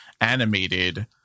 animated